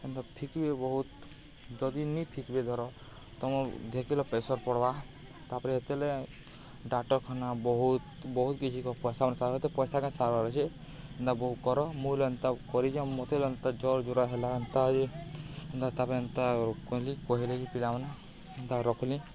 ଏନ୍ତା ଫିକ୍ବେ ବହୁତ୍ ଯଦି ନିି ଫିକ୍ବେ ଧର ତମ ଯେତବେଲେ ପ୍ରେସର୍ ପଡ଼୍ବା ତା'ପରେ ହେତେବେଲେ ଡାକ୍ତରଖାନା ବହୁତ୍ ବହୁତ୍ କିଛି ପଏସା ମ ଏତେ ପଏସା କାଏଁ ସାର୍ବାର୍ ଅଛେ ଏନ୍ତା ବହୁତ୍ କର ମୁଁ ଏନ୍ତା କରିଯା ମତେ ହେ ଏନ୍ତା ଜର୍ ଜୋର୍ ହେଲା ଏନ୍ତା ଯେ ଏନ୍ତା ତା'ପରେ ଏନ୍ତା କହେଲିି କହେଲେ କି ପିଲାମନେ ଏନ୍ତା ରଖ୍ଲି